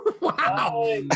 Wow